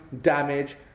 damage